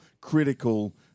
critical